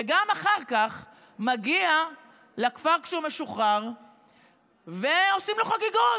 וגם אחר כך מגיע לכפר כשהוא משוחרר ועושים לו חגיגות,